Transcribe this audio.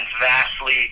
vastly